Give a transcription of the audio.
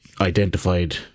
identified